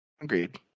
Agreed